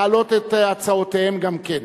להעלות את הצעותיהם גם כן.